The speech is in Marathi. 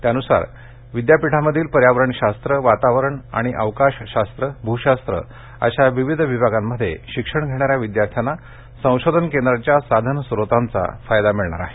त्यानुसार विद्यापीठामधील पर्यावरण शास्त्र वातावरण आणि अवकाश शास्त्र भूशास्त्र अशा विविध विभागांमध्ये शिक्षण घेणाऱ्या विद्यार्थ्यांना संशोधन केंद्राच्या साधनस्रोतांचा फायदा मिळणार आहे